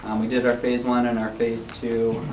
and we did our phase one and our phase two.